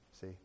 See